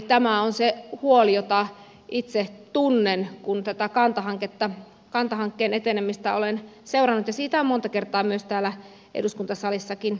tämä on se huoli jota itse tunnen kun tätä kanta hankkeen etenemistä olen seurannut ja siitä on monta kertaa myös täällä eduskuntasalissa puhuttu